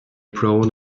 prone